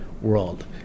world